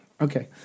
Okay